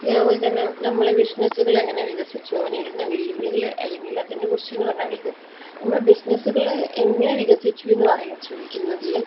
പിന്നെ അതുപോലെത്തന്നെ നമ്മളെ ബിസിനസ്സുകൾ എങ്ങനെ വികസിച്ചു അവ നേരിടുന്ന വെല്ലുവിളികൾ അല്ലെങ്കിൽ അതിൻ്റെ കുറിച്ച് എന്ന് പറഞ്ഞാൽ നമ്മളെ ബിസിനസ്സുകൾ എങ്ങനെ വികസിച്ചു എന്ന് ചോദിക്കുന്നതിൽ